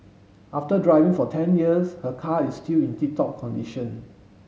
after driving for ten years her car is still in tip top condition